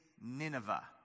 Nineveh